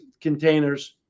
containers